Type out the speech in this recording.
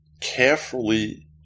carefully